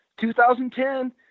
2010